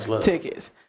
tickets